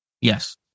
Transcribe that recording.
Yes